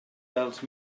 dels